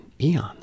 eons